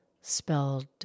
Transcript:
spelled